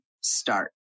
start